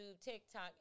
TikTok